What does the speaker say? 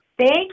Thank